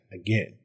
again